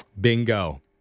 Bingo